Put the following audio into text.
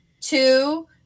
two